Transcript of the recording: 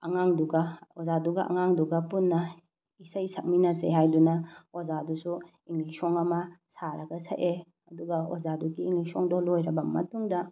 ꯑꯉꯥꯡꯗꯨꯒ ꯑꯣꯖꯥꯗꯨꯒ ꯑꯉꯥꯡꯗꯨꯒ ꯄꯨꯟꯅ ꯏꯁꯩ ꯁꯛꯃꯤꯟꯅꯁꯤ ꯍꯥꯏꯗꯨꯅ ꯑꯣꯖꯥꯗꯨꯁꯨ ꯏꯪꯂꯤꯁ ꯁꯣꯡ ꯑꯃ ꯁꯥꯔꯒ ꯁꯛꯑꯦ ꯑꯗꯨꯒ ꯑꯣꯖꯥꯗꯨꯒꯤ ꯏꯪꯂꯤꯁ ꯁꯣꯡꯗꯣ ꯂꯣꯏꯔꯕ ꯃꯇꯨꯡꯗ